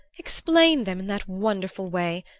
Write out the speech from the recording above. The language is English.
explain them in that wonderful way.